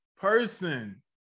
person